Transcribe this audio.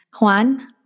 Juan